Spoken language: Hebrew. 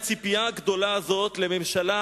הציפייה הגדולה הזאת לממשלה,